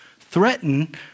threaten